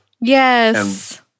Yes